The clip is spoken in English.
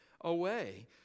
away